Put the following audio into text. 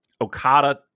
Okada